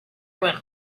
when